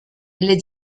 les